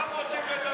מה אכפת לך?